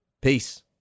Peace